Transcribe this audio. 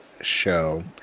show